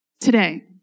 Today